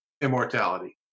immortality